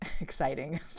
exciting